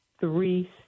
three